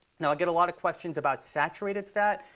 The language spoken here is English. now i get a lot of questions about saturated fat.